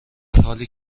حالی